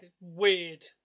weird